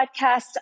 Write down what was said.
podcast